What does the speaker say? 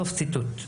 סוף ציטוט.